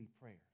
prayers